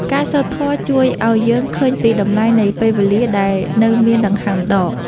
ការសូត្រធម៌ជួយឱ្យយើងឃើញពីតម្លៃនៃពេលវេលាដែលនៅមានដង្ហើមដក។